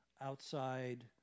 outside